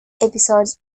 episodes